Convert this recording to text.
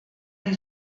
die